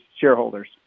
shareholders